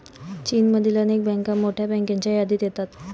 चीनमधील अनेक बँका मोठ्या बँकांच्या यादीत येतात